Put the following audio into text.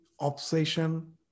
obsession